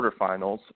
quarterfinals